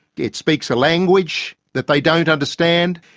it speaks a language that they don't understand,